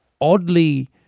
oddly